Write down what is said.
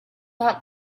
not